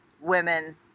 women